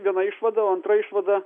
viena išvada o antra išvada